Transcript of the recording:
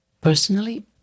Personally